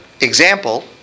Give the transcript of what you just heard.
example